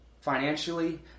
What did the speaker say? financially